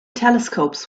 telescopes